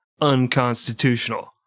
unconstitutional